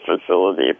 facility